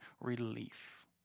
relief